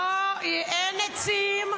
לא, אין עצים.